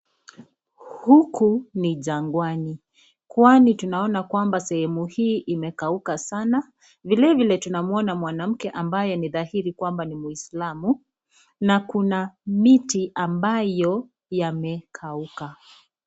Huku ni jangwani kwani tunaona kwamba sehemu hii imekauka sana vilevile tunamuona mwanamke ambaye ni dhahiri kwamba ni mwislamu na kuna miti ambayo yamekauka.